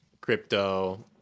crypto